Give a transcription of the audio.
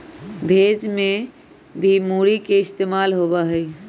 भेज में भी मूरी के इस्तेमाल होबा हई